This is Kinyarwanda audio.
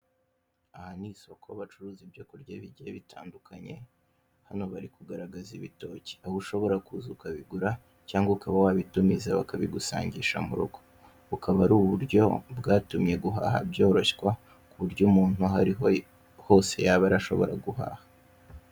Aha ni isoko bacuruza ibyo kurya bigiye bitandukanye, hano bari kugaragaza ibitoki ubu ushobora kuza ukabigura cyangwa ukaba wabitumiza bakabigusangisha mu rugo, bukaba ari uburyo bwatumye guhaha byoroshywa, ku buryo umuntu aho ari hose yaba arashobora guhaha.